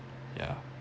yeah